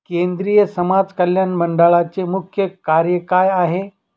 केंद्रिय समाज कल्याण मंडळाचे मुख्य कार्य काय आहे?